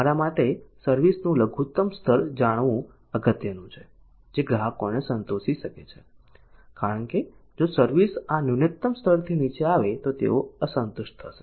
અમારા માટે સર્વિસ નું લઘુતમ સ્તર જાણવું અગત્યનું છે જે ગ્રાહકોને સંતોષી શકે છે કારણ કે જો સર્વિસ આ ન્યૂનતમ સ્તરથી નીચે આવે તો તેઓ અસંતુષ્ટ થશે